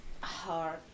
hard